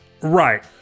Right